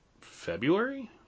February